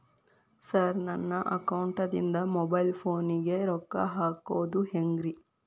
Sir ನನ್ನ ಅಕೌಂಟದಿಂದ mobile ಫೋನಿಗೆ ರೊಕ್ಕ ಹಾಕೋದು ಹೆಂಗ್ರಿ?